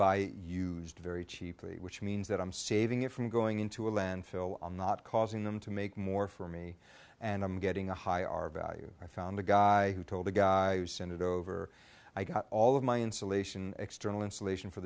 buy used very cheaply which means that i'm saving it from going into a landfill i'm not causing them to make more for me and i'm getting a high our value i found the guy who told the guy send it over i got all of my insulation external insulation for